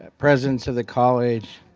president of the college,